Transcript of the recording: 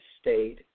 state